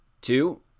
Two